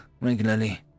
regularly